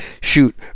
shoot